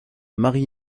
marie